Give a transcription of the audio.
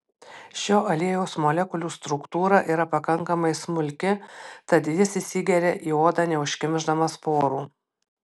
šio aliejaus molekulių struktūra yra pakankamai smulki tad jis įsigeria į odą neužkimšdamas porų